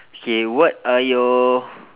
K what are your